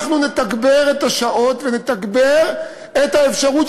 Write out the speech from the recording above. אנחנו נתגבר את השעות ונתגבר את האפשרות